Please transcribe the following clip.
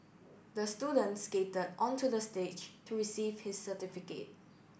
the student skated onto the stage to receive his certificate